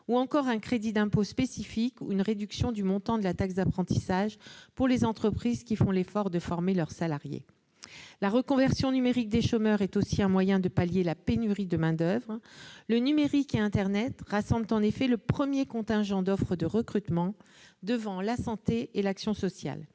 compétences, d'un crédit d'impôt spécifique ou d'une réduction du montant de la taxe d'apprentissage pour les entreprises qui font l'effort de former leurs salariés. La reconversion numérique des chômeurs est aussi un moyen de pallier la pénurie de main-d'oeuvre. Le numérique et internet rassemblent en effet le premier contingent d'offres de recrutement, devant la santé et l'action sociale.